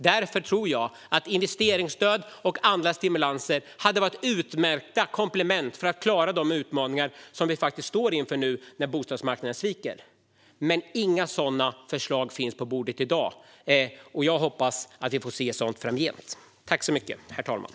Därför tror jag att investeringsstöd och andra stimulanser hade varit utmärkta komplement för att klara de utmaningar vi står inför nu när bostadsmarknaden sviker. Men inga sådana förslag finns på bordet i dag. Jag hoppas att vi får se sådant framgent.